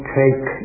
take